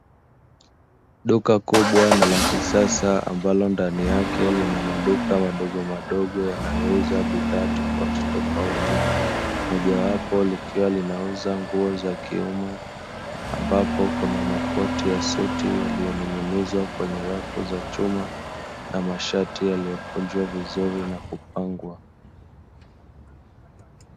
Duka kubwa na la kisasa ambalo ndani yake lina maduka madogomadogo yanayouza bidhaa tofautitofati, moja wapo likiwa linauza nguo za kiume ambapo kuna makoti ya suti yaliyoning'inizwa kwenye rafu za chuma na mashati yaliyokunjwa vizuri na kupangwa.